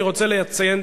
אני רוצה לציין,